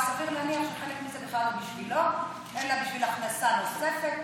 סביר להניח שחלק מזה בכלל לא בשבילו אלא בשביל הכנסה נוספת,